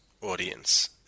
audience